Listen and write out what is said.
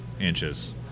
inches